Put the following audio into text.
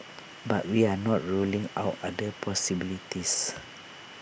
but we are not ruling out other possibilities